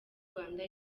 rwanda